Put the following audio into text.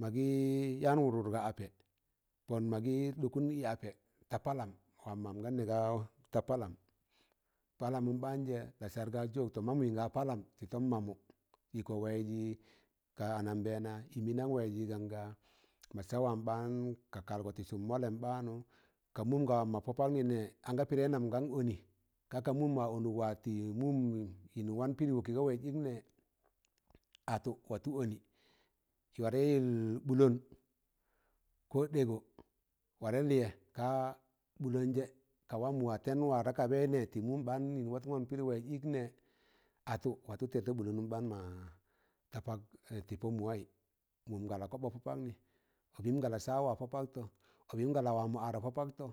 magị yaan wụrụm ga apẹ pọ magị ɗọkụm ị apẹ ta palam wan man gan nẹ gaa ta palam palamụm ɓaanjẹ lasaar ga jọkẹ tọ mammụ mịn ga palam tị tọm mamụ ịkọ waịzị kị anambẹẹna ị mịnaam waịz ga ga ma saa wam baan ka kalgọ ti sụm mọlẹm baanu ka mụnga wamma pọ paknị nẹ ana pịdẹị nam gan ọnị ka ka mụn ma ọnụk wa tị mụm yịn wan pịdị waki ̣ga waịz ịk nẹ atụ watu oni warẹ yịlton ɓụlọn kọ ɗẹgọ warẹ lịyẹ ka bụlọn jẹ, ka wam mụ wa tẹn wata kabẹị nẹ tị mum baan yịn watụn gọn pịdị waịz ịk nẹ, atụ, watụ, tẹd ta bụlụm baan ma ta tị pọ mụwaị, mụm ga la kọbọ pọ pakụị ọbịn ga la sawa pọ pọkkọ, ọbịnga la wamọ ara pọ paktọ,